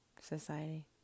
society